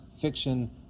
fiction